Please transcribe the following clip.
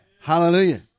Hallelujah